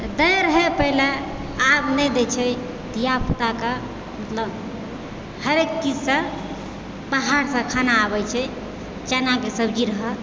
तऽ दै रहै पहिले आब नहि दै छै धियापुताके मतलब हरेक चीज सभ बाहरसँ खाना आबै छै चनाके सब्जी रहल